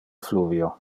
fluvio